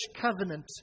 covenant